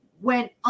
went